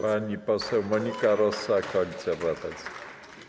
Pani poseł Monika Rosa, Koalicja Obywatelska.